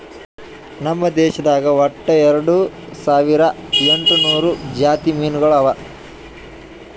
ನಮ್ ದೇಶದಾಗ್ ಒಟ್ಟ ಎರಡು ಸಾವಿರ ಎಂಟು ನೂರು ಜಾತಿ ಮೀನುಗೊಳ್ ಅವಾ